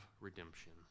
redemption